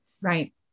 Right